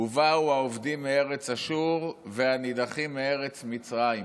"ובאו האבדים מארץ אשור והנדחים בארץ מצרים".